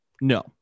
no